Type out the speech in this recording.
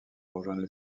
rejoindre